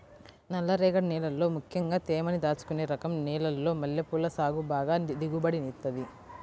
నల్లరేగడి నేలల్లో ముక్కెంగా తేమని దాచుకునే రకం నేలల్లో మల్లెపూల సాగు బాగా దిగుబడినిత్తది